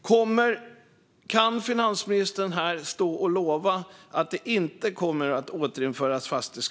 Kan finansministern här stå och lova att fastighetsskatt inte kommer att återinföras?